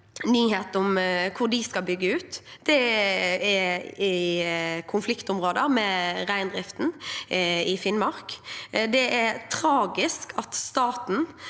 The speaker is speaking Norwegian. nyhet om hvor de skal bygge ut. Det er i konfliktområder med reindriften i Finnmark. Det er tragisk at staten